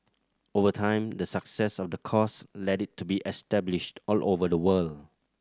over time the success of the course led it to be established all over the world